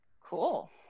Cool